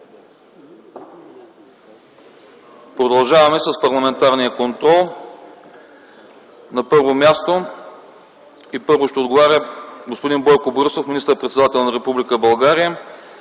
Продължаваме с Парламентарния контрол. На първо място и първи ще отговаря господин Бойко Борисов – министър-председател на Република България,